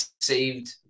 saved